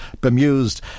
bemused